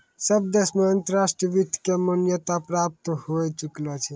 सब देश मे अंतर्राष्ट्रीय वित्त के मान्यता प्राप्त होए चुकलो छै